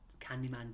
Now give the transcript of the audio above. Candyman